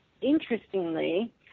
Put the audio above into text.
interestingly